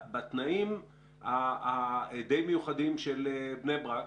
בתנאים הדי מיוחדים של בני ברק,